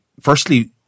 firstly